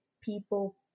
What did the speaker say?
people